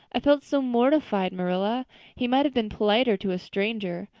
i felt so mortified, marilla he might have been politer to a stranger,